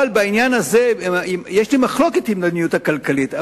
אבל בעניין הזה יש לי מחלוקת עם המדיניות הכלכלית.